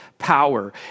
Power